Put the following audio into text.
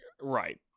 Right